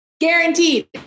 guaranteed